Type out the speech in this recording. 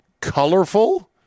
colorful